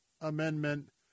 amendment